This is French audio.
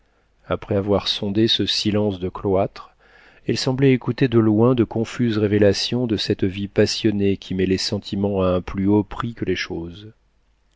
après avoir sondé ce silence de cloître elle semblait écouter de loin de confuses révélations de cette vie passionnée qui met les sentiments à un plus haut prix que les choses